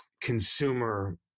consumer